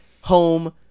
home